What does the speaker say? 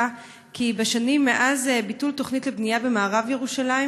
בשנים מאז ביטול תוכנית לבנייה במערב ירושלים,